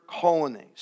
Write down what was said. colonies